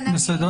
בסדר.